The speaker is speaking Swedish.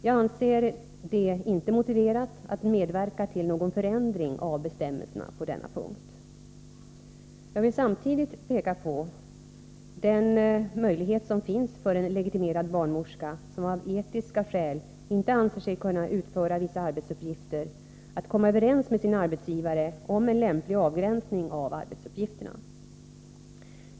Jag anser det inte motiverat att medverka till någon förändring av bestämmelserna på denna 113 punkt. Jag vill samtidigt peka på den möjlighet som finns för en legitimerad barnmorska, som av etiska skäl inte anser sig kunna utföra vissa arbetsuppgifter, att komma överens med sin arbetsgivare om en lämplig avgränsning av arbetsuppgifterna.